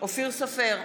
אופיר סופר,